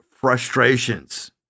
frustrations